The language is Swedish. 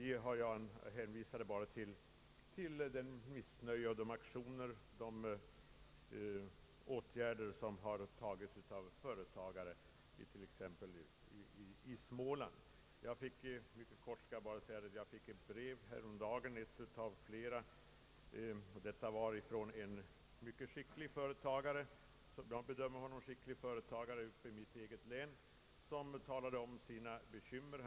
Därför hänvisade jag bara till missnöjet bland företagare i Småland och de åtgärder som vidtagits av dessa företagare. Häromdagen fick jag ett brev från en, som jag bedömer honom, mycket skicklig företagare i mitt eget län. Han redogjorde för sina bekymmer.